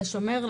לשמר,